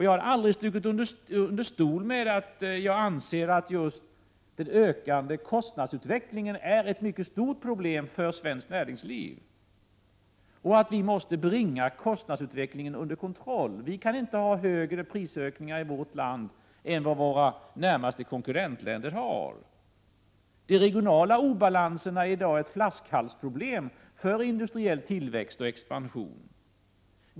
Jag har aldrig stuckit under stol med att jag anser att just den ökande kostnadsutvecklingen är ett mycket stort problem för svenskt näringsliv och att vi måste bringa kostnadsutvecklingen under kontroll. Vi kan i vårt land inte ha större prisökningar än vad våra närmaste konkurrentländer har. De regionala obalanserna är i dag ett flaskhalsproblem för industriell tillväxt och expansion.